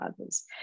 others